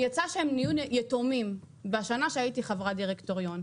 יצא שהם נהיו יתומים בשנה שהייתי חברת דירקטוריון.